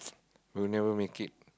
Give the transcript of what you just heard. we will never make it